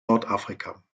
nordafrika